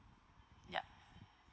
yup